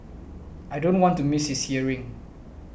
I don't want to miss his hearing